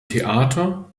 theater